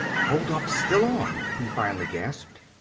the holdup's still on, he finally gasped.